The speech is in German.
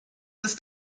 ist